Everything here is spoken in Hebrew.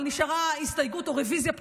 אבל נשארה הסתייגות או רוויזיה פתוחה,